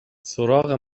سراغ